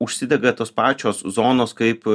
užsidega tos pačios zonos kaip